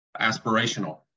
aspirational